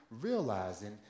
realizing